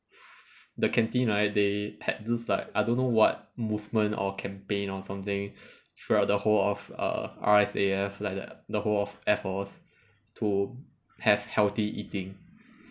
the canteen right they had this like I don't know what movement or campaign or something throughout the whole of err R_S_A_F like the the whole of air force to have healthy eating